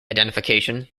identification